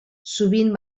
sovint